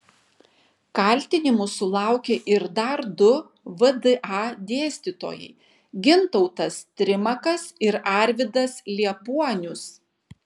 kaltinimų sulaukė ir dar du vda dėstytojai gintautas trimakas ir arvydas liepuonius